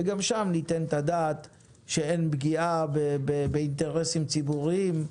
וגם אז ניתן את הדעת שאין פגיעה באינטרסים ציבוריים,